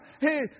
Hey